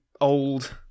old